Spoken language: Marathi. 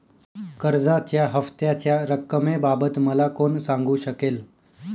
कर्जाच्या हफ्त्याच्या रक्कमेबाबत मला कोण सांगू शकेल?